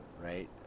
right